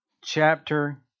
chapter